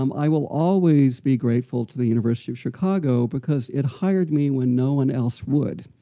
um i will always be grateful to the university of chicago, because it hired me when no one else would.